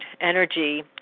energy